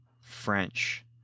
French